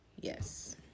Yes